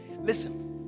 listen